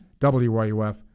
WYUF